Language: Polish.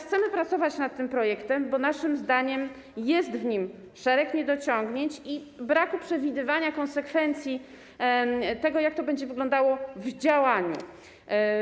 Chcemy pracować nad tym projektem, bo naszym zdaniem jest w nim szereg niedociągnięć i brak przewidywania konsekwencji tego, jak to będzie wyglądało w działaniu.